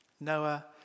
Noah